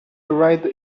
ride